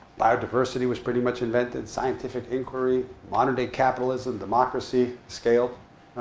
biodiversity was pretty much invented, scientific inquiry, modern-day capitalism, democracy, scale,